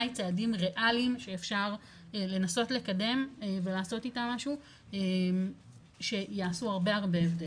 צעדים ריאליים שאפשר לנסות לקדם ולעשות איתם משהו שיעשו הרבה הבדל.